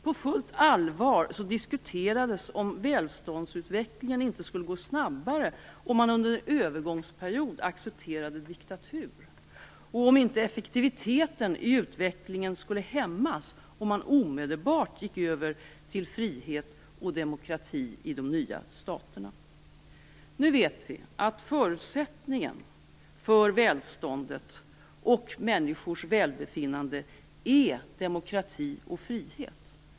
På fullt allvar diskuterades om välståndsutvecklingen inte skulle gå snabbare om man under en övergångsperiod accepterade diktatur och om inte effektiviteten i utvecklingen skulle hämmas, om man omedelbart gick över till frihet och demokrati i de nya staterna. Nu vet vi att förutsättningen för välståndet och människors välbefinnande är demokrati och frihet.